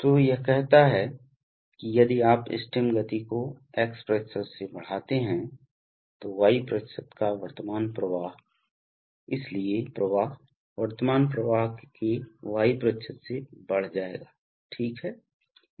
तो यह कहता है कि यदि आप स्टेम गति को x से बढ़ाते हैं तो y का वर्तमान प्रवाह इसलिए प्रवाह वर्तमान प्रवाह के y से बढ़ जाएगा ठीक है